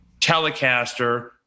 Telecaster